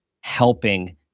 helping